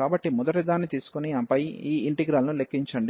కాబట్టి మొదటి దాన్ని తీసుకొని ఆపై ఈ ఇంటిగ్రల్ ను లెక్కించండి